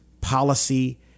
policy